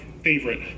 favorite